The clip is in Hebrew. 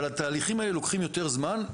אבל התהליכים האלה לוקחים יותר זמן.